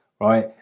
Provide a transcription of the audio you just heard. right